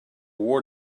war